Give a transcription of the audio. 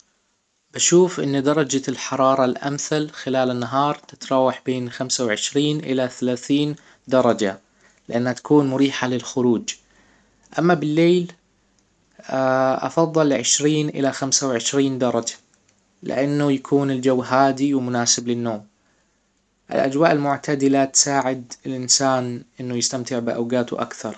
بشوف ان درجة الحرارة الامثل خلال النهار تتراوح بين خمسة وعشرين الى ثلاثين درجة، لانها تكون مريحة للخروج اما بالليل افضل عشرين الى خمسة وعشرين درجة لانه يكون الجو هادي ومناسب للنوم الاجواء المعتدلة تساعد الانسان انه يستمتع بأوجاته اكثر